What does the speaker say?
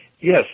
Yes